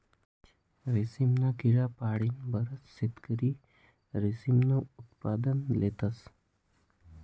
रेशमना किडा पाळीन बराच शेतकरी रेशीमनं उत्पादन लेतस